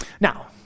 Now